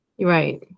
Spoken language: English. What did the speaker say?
right